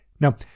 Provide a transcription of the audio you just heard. Now